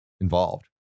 involved